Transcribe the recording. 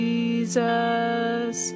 Jesus